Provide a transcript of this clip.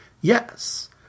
yes